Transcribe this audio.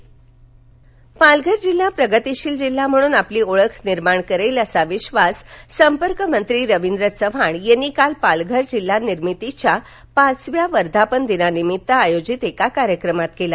जिल्हानिर्मिती पालघर पालघर जिल्हा प्रगतीशील जिल्हा म्हणून आपली ओळख निर्माण करेल असा विश्वास संपर्कमंत्री रवींद्र चव्हाण यांनी काल पालघर जिल्हा निर्मितीच्या पाचव्या वर्धापनदिनानिमित्त आयोजित कार्यक्रमात केला